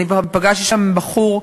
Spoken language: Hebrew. פגשתי שם בחור,